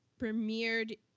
premiered